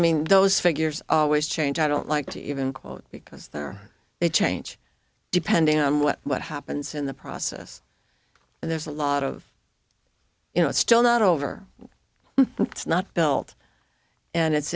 mean those figures always change i don't like to even quote because they're they change depending on what happens in the process and there's a lot of you know it's still not over it's not built and it's